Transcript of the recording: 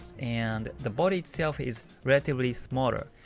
and the body itself is relatively smaller,